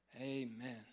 Amen